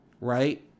right